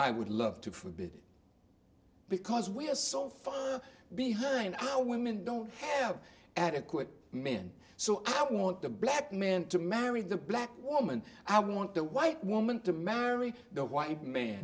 i would love to forbid because we are so far behind i know women don't have adequate men so i want the black man to marry the black woman i want the white woman to marry the white man